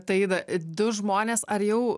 taida du žmonės ar jau